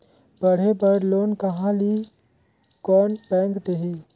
पढ़े बर लोन कहा ली? कोन बैंक देही?